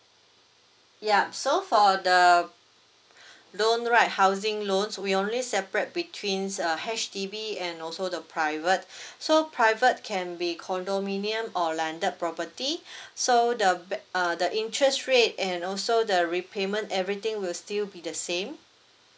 yup so for the loan right housing loans we only separate between uh H_D_B and also the private so private can be condominium or landed property so the ba~ uh the interest rate and also the repayment everything will still be the same